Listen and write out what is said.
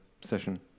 session